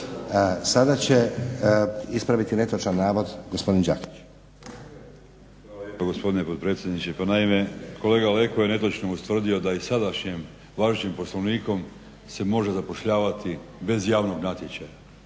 Sada će ispraviti netočan navod gospodin Đakić.